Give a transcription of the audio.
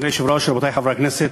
אדוני היושב-ראש, רבותי חברי הכנסת,